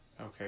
Okay